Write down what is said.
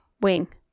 wing